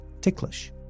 ticklish